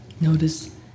Notice